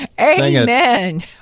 Amen